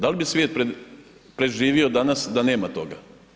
Da li bi svijet preživio danas da nema toga?